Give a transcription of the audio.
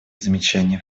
замечания